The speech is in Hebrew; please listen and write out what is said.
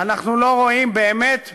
אנחנו לא רואים באמת מימוש.